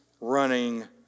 running